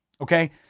Okay